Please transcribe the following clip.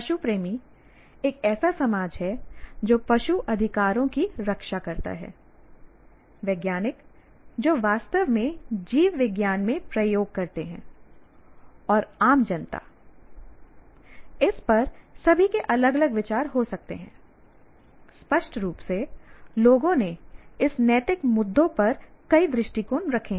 पशु प्रेमी एक ऐसा समाज है जो पशु अधिकारों की रक्षा करता है वैज्ञानिक जो वास्तव में जीव विज्ञान में प्रयोग करते हैं और आम जनता इस पर सभी के अलग अलग विचार हो सकते हैं स्पष्ट रूप से लोगों ने इस नैतिक मुद्दों पर कई दृष्टिकोण रखें हैं